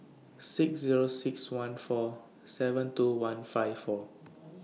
six Zero six one four seven two one five four